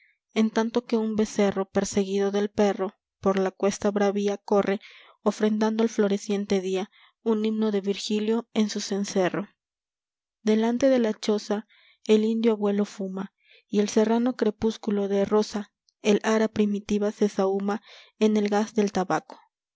en tanto que un becerro perseguido del perro por la cuesta bravia corre ofrendando al floreciente día un himno de virgilio en su cencerro delante de la choza el indio abuelo fuma y el serrano crepúsculo de rosa el ara primitiva se sahuma en el gas del tabaco